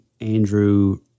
Andrew